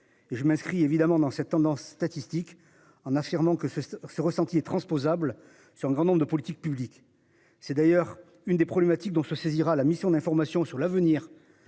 je m'inscris évidemment dans cette tendance statistique en affirmant que ce ce ressenti est transposable sur un grand nombre de politiques publiques. C'est d'ailleurs une des problématiques dont se saisira la mission d'information sur l'avenir.